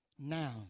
Now